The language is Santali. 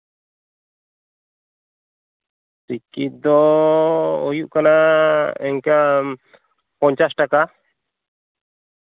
ᱴᱤᱠᱤᱴ ᱫᱚ ᱦᱩᱭᱩᱜ ᱠᱟᱱᱟ ᱤᱱᱠᱟᱹ ᱯᱚᱧᱪᱟᱥ ᱴᱟᱠᱟ